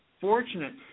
fortunate